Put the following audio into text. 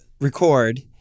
record